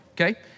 okay